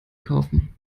kaufen